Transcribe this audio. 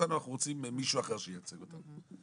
אותנו ואנחנו רוצים מישהו אחר שייצג אותנו.